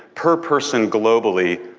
per person globally,